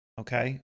Okay